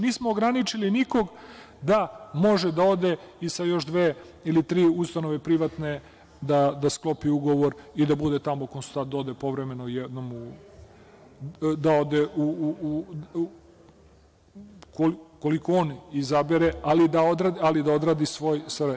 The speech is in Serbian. Nismo ograničili nikog da može da ode i sa još dve ili tri ustanove privatne da sklopi ugovor i da bude tamo, da ode povremeno jednom, koliko on izabere, ali da odradi svoje.